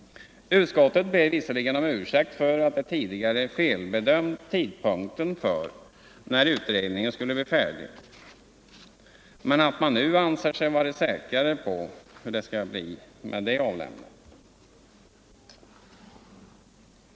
Utskottet ber visserligen om ursäkt för att det tidigare felbedömt tidpunkten för när utredningen skulle bli färdig men skriver att man nu anser sig vara säkrare på när den skall bli klar.